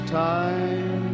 time